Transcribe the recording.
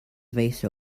vase